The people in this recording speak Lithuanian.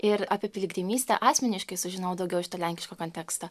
ir apie piligrimystę asmeniškai sužinojau daugiau iš to lenkiško konteksto